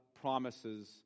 promises